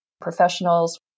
professionals